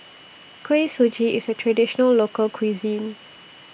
Kuih Suji IS A Traditional Local Cuisine